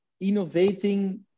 innovating